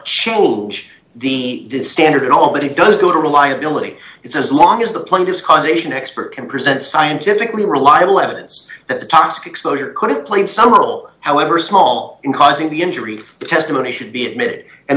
change the standard at all but it does go to reliability it's as long as the pundits causation expert can present scientifically reliable evidence that the toxic exposure could have played some role however small in causing the injury testimony should be admitted and